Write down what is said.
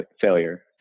failure